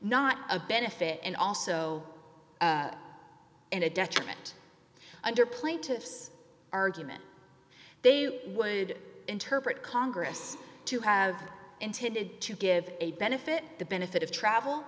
not a benefit and also in a detriment under plaintiff's argument they would interpret congress to have intended to give a benefit the benefit of travel